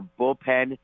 bullpen